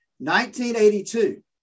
1982